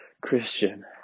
Christian